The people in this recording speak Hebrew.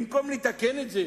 במקום לתקן את זה,